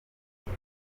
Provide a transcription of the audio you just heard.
iyi